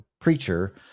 preacher